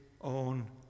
own